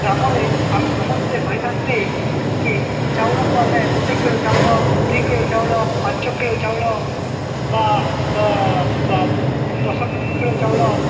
ଗ୍ରାମରେ ଆମେ ସମସ୍ତେ କହିଥାନ୍ତି କି ଚାଉଳକୁ ଆମେ ଗୋଟେ କିଲୋ ଚାଉଳ ଦୁଇ କିଲୋ ଚାଉଳ ପାଞ୍ଚ କିଲୋ ଚାଉଳ ବା ଦଶ କିଲୋ ଚାଉଳ